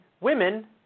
women